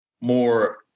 more